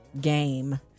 game